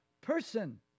person